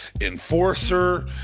enforcer